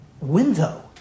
window